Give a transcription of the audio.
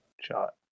shot